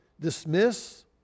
dismiss